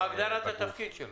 מה הגדרת התפקיד שלו?